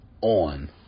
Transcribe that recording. On